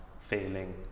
failing